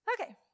Okay